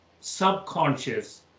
subconscious